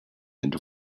into